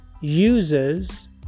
uses